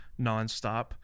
nonstop